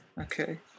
Okay